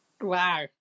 Wow